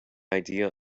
idea